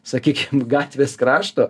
sakykim gatvės krašto